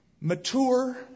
Mature